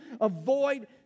avoid